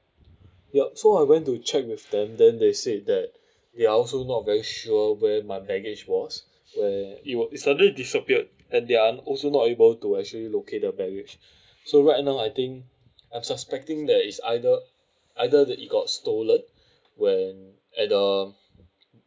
yup so I went to check with them then they said that they are also not very sure where my baggage was there it were it suddenly disappeared and they are also not able to actually locate the baggage so right now I think I'm suspecting that it's either either that it got stolen when at the